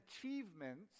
achievements